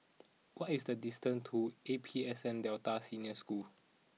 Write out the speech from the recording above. what is the distant to A P S N Delta Senior School